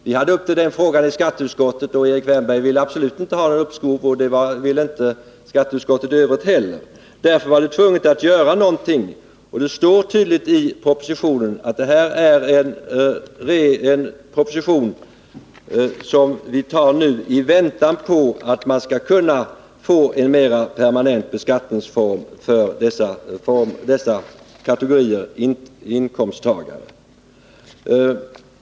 Vi hade den frågan uppe i skatteutskottet, och Erik Wärnberg ville absolut inte ha uppskov och det ville inte skatteutskottet i övrigt heller. Därför var det nödvändigt att göra någonting, och det står tydligt i propositionen att det här är ett förslag som vi tar nu i väntan på att kunna få en mera permanent beskattningsform för dessa kategorier inkomsttagare.